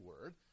word